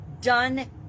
done